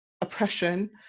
oppression